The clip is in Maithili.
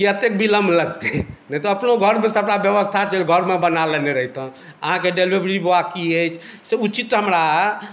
की एतेक विलम्ब लगतै नहि तऽ अपनो घरमे सबटा व्यवस्था छै घरमे बना लेने रहितहुँ अहाँकेँ डिलीवरी बॉय की अछि से उचित हमरा